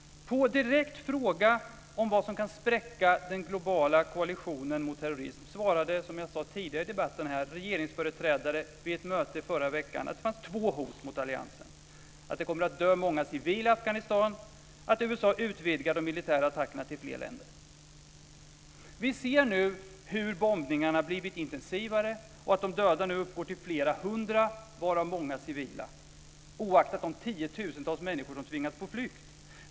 På en direkt fråga om vad som kan spräcka den globala koalitionen mot terrorism svarade, som jag sade tidigare i debatten, regeringsföreträdare vid ett möte i förra veckan att det fanns två hot mot alliansen, nämligen att det kommer att dö många civila i Afghanistan och att USA utvidgar de militära attackerna till fler länder. Vi ser nu att bombningarna har blivit intensivare och att de döda nu uppgår till flera hundra varav många civila, oaktat de tiotusentals människor som tvingats på flykt.